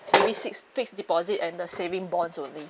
maybe fixed fixed deposit and the saving bonds only